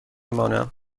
مانم